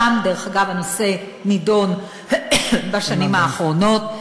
שם, דרך אגב, הנושא נדון בשנים האחרונות.